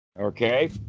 okay